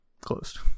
Closed